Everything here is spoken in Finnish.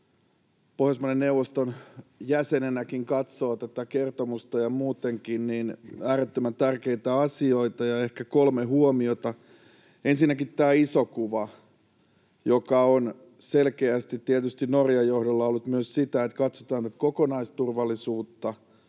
Pohjoismaiden neuvoston jäsenenäkin ja muutenkin katsoo tätä kertomusta, niin äärettömän tärkeitä asioita. Ehkä kolme huomiota: Ensinnäkin tämä iso kuva, joka on selkeästi tietysti Norjan johdolla ollut sitä, että katsotaan nyt kokonaisturvallisuutta.